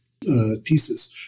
Thesis